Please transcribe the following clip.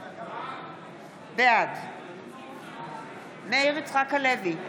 בעד מאיר יצחק הלוי,